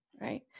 right